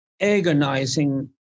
agonizing